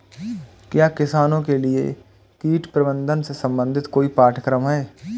क्या किसानों के लिए कीट प्रबंधन से संबंधित कोई पाठ्यक्रम है?